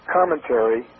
commentary